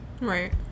Right